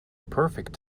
perfect